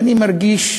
ואני מרגיש